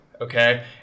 okay